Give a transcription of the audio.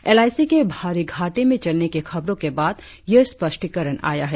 LIC के भारी घाटे में चलने की खबरों के बाद यह स्पष्टीकरण आया है